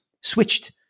switched